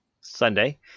Sunday